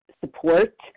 support